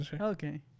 Okay